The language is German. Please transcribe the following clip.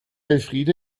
elfriede